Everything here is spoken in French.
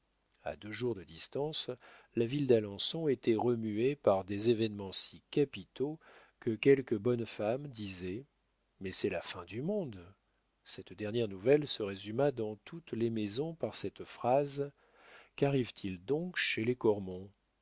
a deux jours de distance la ville d'alençon était remuée par des événements si capitaux que quelques bonnes femmes disaient mais c'est la fin du monde cette dernière nouvelle se résuma dans toutes les maisons par cette phrase qu'arrive-t-il donc chez les cormon